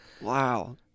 Wow